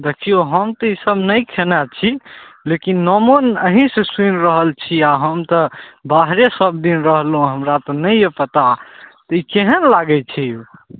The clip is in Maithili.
देखिऔ हम तऽ ईसब नहि खेने छी लेकिन नामो अहीँसँ सुनि रहल छी आओर हम तऽ बाहरे सबदिन रहलहुँ हमरा तऽ नहिए पता तऽ ई केहन लागे छै